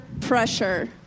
pressure